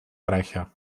reicher